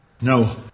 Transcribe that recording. No